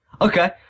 Okay